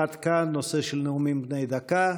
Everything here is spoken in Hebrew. עד כאן נאומים בני דקה.